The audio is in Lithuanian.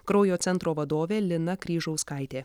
kraujo centro vadovė lina kryžauskaitė